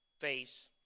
face